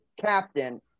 captain